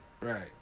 Right